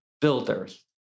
builders